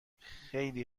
خیلی